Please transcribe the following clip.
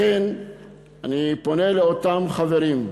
לכן אני פונה אל אותם חברים,